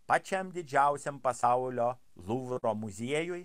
pačiam didžiausiam pasaulio luvro muziejui